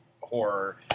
horror